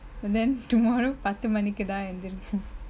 and then tomorrow பத்து மணிக்குதா எந்திரி:patthu manikkuthaa enthiri